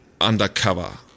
undercover